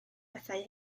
bethau